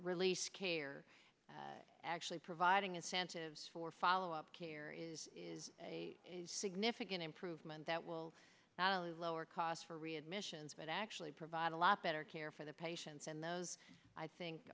release care actually providing incentives for follow up care is a significant improvement that will not only lower costs for readmissions but actually provide a lot better care for the patients and those i think